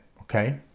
okay